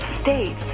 States